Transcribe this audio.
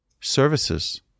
services